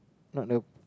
not a